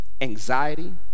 anxiety